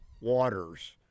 waters